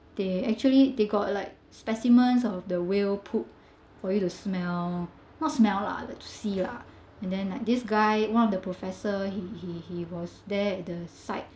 they actually they got like specimens of the whale poop for you to smell not smell lah like see lah and then like this guy one of the professor he he he was there at the site